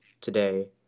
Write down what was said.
today